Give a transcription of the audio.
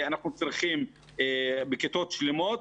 אנחנו צריכים כיתות שלמות.